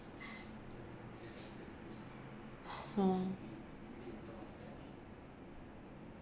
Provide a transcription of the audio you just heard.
oh